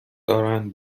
دارند